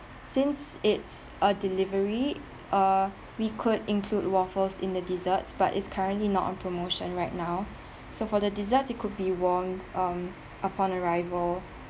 since it's a delivery err we could include waffles in the desserts but is currently not on promotion right now so for the desserts it could be warm um upon arrival